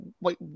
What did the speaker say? wait